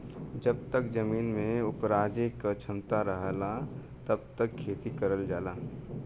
जब तक जमीन में उपराजे क क्षमता रहला तब तक खेती करल जाला